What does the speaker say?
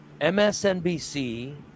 MSNBC